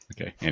Okay